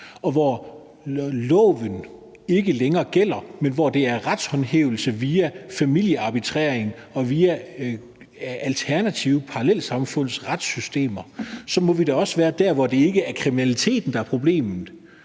og loven ikke længere gælder, men det er retshåndhævelse via familiemægling og via alternative parallelsamfunds retssystemer, der gælder, så må vi da også være der, hvor det ikke er kriminaliteten, der er problemet.